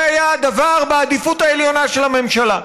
זה היה בעדיפות העליונה של הממשלה.